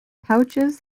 pouches